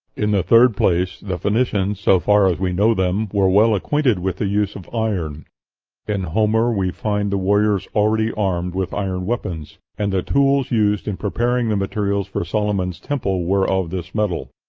in the third place, the phoenicians, so far as we know them, were well acquainted with the use of iron in homer we find the warriors already armed with iron weapons, and the tools used in preparing the materials for solomon's temple were of this metal.